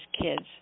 kids